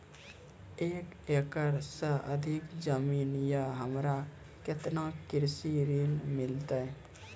एक एकरऽ से अधिक जमीन या हमरा केतना कृषि ऋण मिलते?